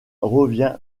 revient